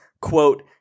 quote